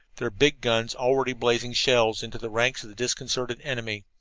their big guns already blazing shells into the ranks of the disconcerted enemy.